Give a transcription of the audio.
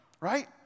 right